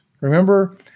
Remember